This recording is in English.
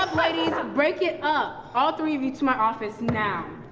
um ladies, break it up. all three of you to my office now.